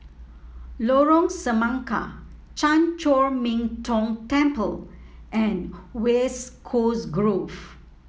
Lorong Semangka Chan Chor Min Tong Temple and West Coast Grove